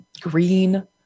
Green